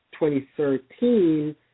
2013